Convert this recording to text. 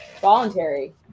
voluntary